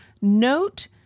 note